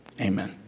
Amen